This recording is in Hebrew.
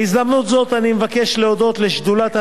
בהזדמנות זו אני מבקש להודות לשדולת הנשים,